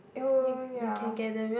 so ya